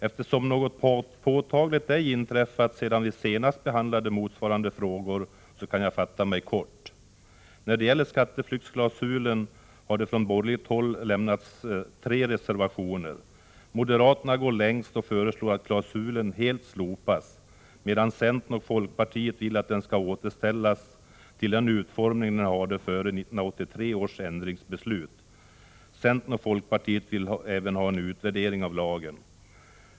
Eftersom något påtagligt ej inträffat sedan vi senast behandlade motsvarande frågor kan jag fatta mig kort. När det gäller skatteflyktsklausulen har man från borgerligt håll lämnat tre reservationer. Moderaterna går längst och föreslår att klausulen helt slopas, medan centern och folkpartiet vill att den skall återställas till den utformning som den hade före 1983 års ändringsbeslut. Centern och folkpartiet vill även ha en utvärdering av lagen.